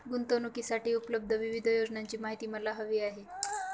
गुंतवणूकीसाठी उपलब्ध विविध योजनांची माहिती मला हवी आहे